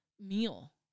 meal